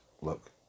look